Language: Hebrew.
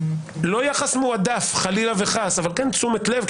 לא יחס מועדף חלילה וחס, אבל כן תשומת לב.